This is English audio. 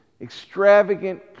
Extravagant